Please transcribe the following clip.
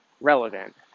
relevant